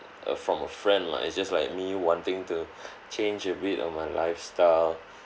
uh from a friend lah it's just like me wanting to change a bit of my lifestyle